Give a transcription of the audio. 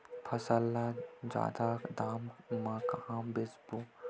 फसल ल जादा दाम म कहां बेचहु?